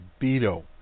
Beto